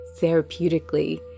therapeutically